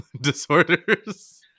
disorders